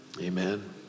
Amen